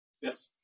yes